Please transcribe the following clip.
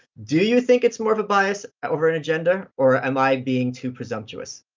do you think it's more of a bias over an agenda, or am i being too presumptuous?